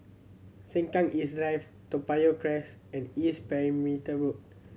Sengkang East Drive Toa Payoh Crest and East Perimeter Road